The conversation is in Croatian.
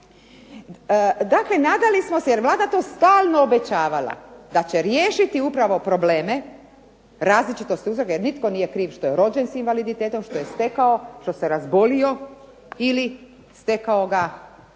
Dakle, nadali smo se jer Vlada to stalno obećavala da će riješiti upravo probleme različitosti jer nitko nije kriv što je rođen s invaliditetom, što je stekao, što se razbolio ili stekao ga